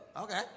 Okay